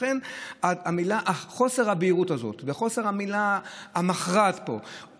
לכן חוסר הבהירות הזאת וחוסר המילה המכרעת פה,